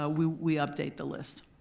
ah we we update the list.